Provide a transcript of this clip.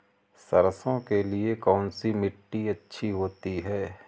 सरसो के लिए कौन सी मिट्टी अच्छी होती है?